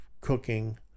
cooking